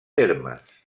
termes